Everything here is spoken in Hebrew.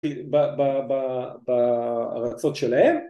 ‫ב.. ב.. ב.. בארצות שלהם.